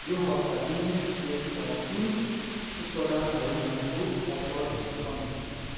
यो हप्ता इन्डियन सिग्रेट्सका कुन उत्पादनहरूमा छुट अफरहरू छन्